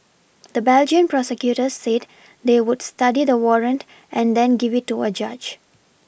the Belgian prosecutors said they would study the warrant and then give it to a judge